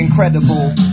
Incredible